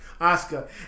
Oscar